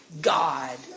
God